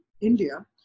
India